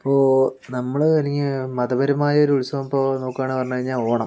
ഇപ്പോൾ നമ്മൾ മതപരമായ ഒരു ഉത്സവം ഇപ്പോൾ നോക്കുകയാണെന്ന് പറഞ്ഞു കഴിഞ്ഞാൽ ഓണം